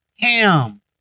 Ham